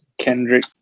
Kendrick